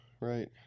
Right